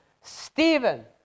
Stephen